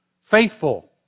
faithful